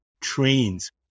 trains